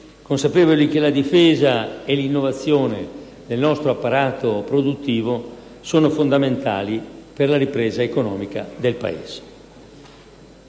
consapevoli che la difesa e l'innovazione del nostro apparato produttivo sono fondamentali per la ripresa economica del Paese.